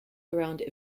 around